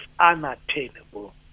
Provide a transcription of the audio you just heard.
unattainable